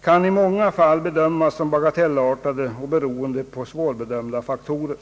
kan i många fall bedömas som bagatellartade och beroende på svårbedömda faktorer.